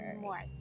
more